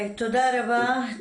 תודה רבה.